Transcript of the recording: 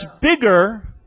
bigger